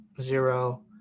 zero